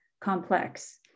complex